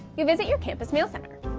you visit your campus mail center.